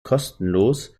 kostenlos